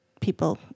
people